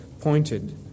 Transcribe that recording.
pointed